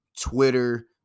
Twitter